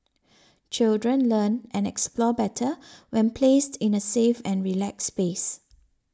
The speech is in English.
children learn and explore better when placed in a safe and relaxed space